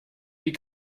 die